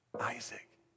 Isaac